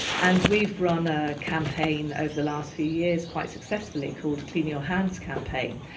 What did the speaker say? and we've run a campaign over the last few years quite successfully called clean your hands campaign.